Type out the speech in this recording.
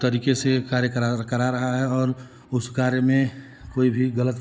तरीके से कार्य करा करा रहा है और उस कार्य में कोई भी गलत